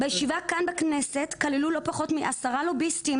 בישיבה כאן בכנסת כללו לא פחות מעשרה לוביסטים